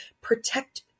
Protect